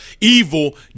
evil